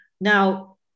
Now